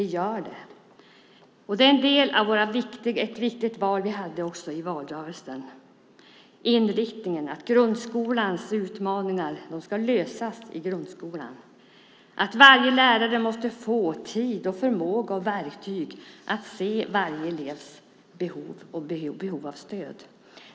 Det är en del som var viktig också i valrörelsen. Inriktningen var att grundskolans utmaningar ska lösas i grundskolan och att varje lärare måste få tid, förmåga och verktyg att se varje elevs behov och behov av stöd.